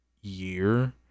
year